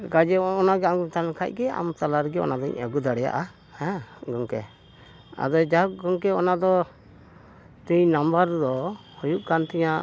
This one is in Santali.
ᱠᱟᱡᱮ ᱚᱱᱟ ᱜᱮ ᱟᱢ ᱛᱟᱦᱮᱱ ᱠᱷᱟᱱ ᱜᱮ ᱟᱢ ᱛᱟᱞᱟᱨᱮᱜᱮ ᱚᱱᱟ ᱫᱚᱧ ᱟᱹᱜᱩ ᱫᱟᱲᱮᱭᱟᱜᱼᱟ ᱦᱮᱸ ᱜᱚᱢᱠᱮ ᱟᱫᱚ ᱡᱟᱭᱦᱳᱠ ᱜᱚᱢᱠᱮ ᱚᱱᱟ ᱫᱚ ᱛᱤᱧ ᱱᱟᱢᱵᱟᱨ ᱫᱚ ᱦᱩᱭᱩᱜ ᱠᱟᱱ ᱛᱤᱧᱟᱹ